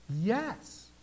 Yes